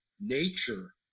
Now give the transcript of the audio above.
nature